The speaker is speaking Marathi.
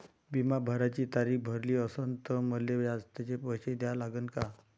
बिमा भराची तारीख भरली असनं त मले जास्तचे पैसे द्या लागन का?